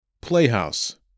Playhouse